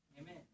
Amen